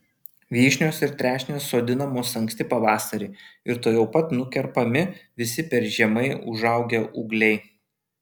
vyšnios ir trešnės sodinamos anksti pavasarį ir tuojau pat nukerpami visi per žemai užaugę ūgliai